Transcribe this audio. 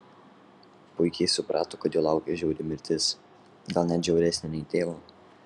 puikiai suprato kad jo laukia žiauri mirtis gal net žiauresnė nei tėvo